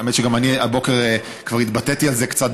האמת היא שגם אני הבוקר כבר התבטאתי על זה קצת,